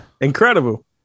incredible